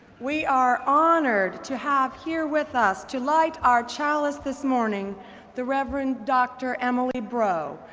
we are honored to have here with us to light our chalice this morning the reverend dr. emily b ro,